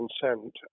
consent